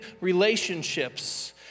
relationships